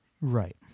Right